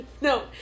No